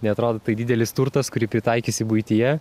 neatrodo tai didelis turtas kurį pritaikysi buityje